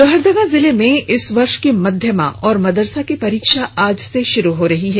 लोहरदगा जिले में इस वर्ष की मध्यमा और मदरसा की परीक्षा आज से प्रारंभ हो रही है